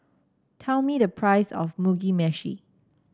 tell me the price of Mugi Meshi